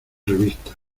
revistas